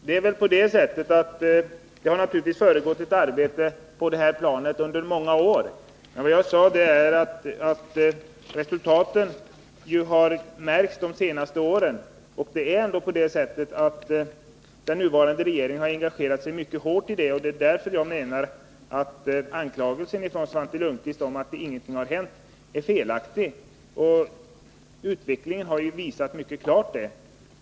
Herr talman! Det har naturligtvis förekommit ett arbete på det här planet under många år. Vad jag sade var att resultaten har märkts de senaste åren. Den nuvarande regeringen har engagerat sig mycket hårt i detta, och därför menar jag att anklagelsen från Svante Lundkvist att ingenting hänt är felaktig. Utvecklingen har ju mycket klart visat det.